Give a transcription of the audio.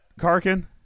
Karkin